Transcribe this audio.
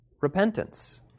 repentance